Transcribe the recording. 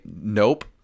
Nope